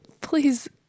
please